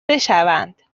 بشوند